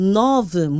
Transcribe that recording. nove